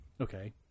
Okay